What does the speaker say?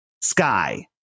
sky